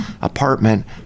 apartment